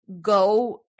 Go